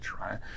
right